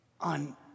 on